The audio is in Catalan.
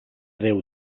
déu